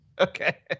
Okay